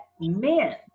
men